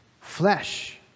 flesh